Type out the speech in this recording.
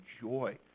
joy